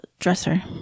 dresser